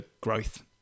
growth